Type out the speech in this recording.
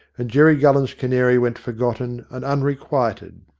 and jerry gullen's canary went forgotten and unrequited.